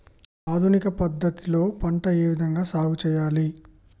ఆధునిక పద్ధతి లో పంట ఏ విధంగా సాగు చేయాలి?